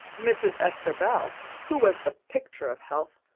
mrs. esther bell, who was the picture of health,